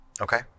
Okay